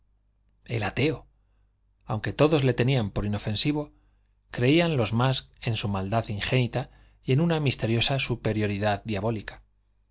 el ateo aunque todos le tenían por inofensivo creían los más en su maldad ingénita y en una misteriosa superioridad diabólica